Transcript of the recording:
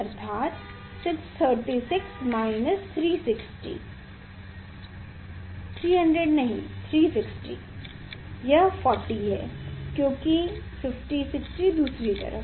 636 minus 360 300 नहीं 360 यह 40 है क्योंकि 50 60 दूसरी तरफ